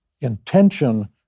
Intention